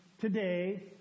today